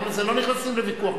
אנחנו לא נכנסים לוויכוח.